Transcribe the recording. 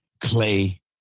Clay